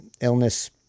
illness